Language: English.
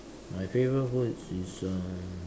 my favourite food is um